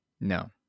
No